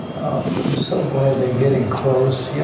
i'm so glad they're getting close. you